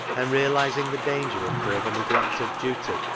and realising the danger of further neglect of duty,